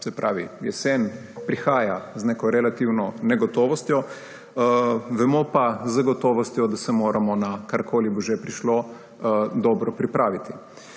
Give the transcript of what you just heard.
Se pravi, jesen prihaja z neko relativno negotovostjo, vemo pa z gotovostjo, da se moramo na, karkoli bo že prišlo, dobro pripraviti.